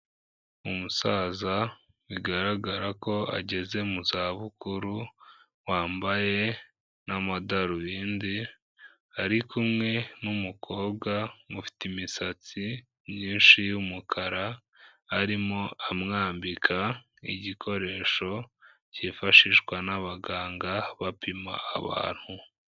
Umusaza bigaragara ko ageze mu zabukuru wambaye n'amadarubindi, ari kumwe n'umukobwa ufite imisatsi myinshi y'umukara arimo amwambika igikoresho cyifashishwa n'abaganga bapima abantu.